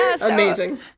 Amazing